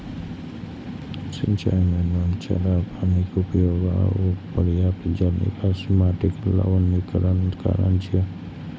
सिंचाइ मे नोनछराह पानिक उपयोग आ अपर्याप्त जल निकासी माटिक लवणीकरणक कारण छियै